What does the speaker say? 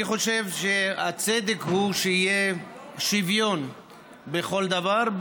אני חושב שהצדק הוא שיהיה שוויון בכל דבר,